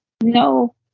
No